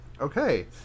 Okay